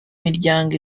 miryango